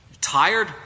tired